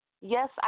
Yes